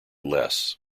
less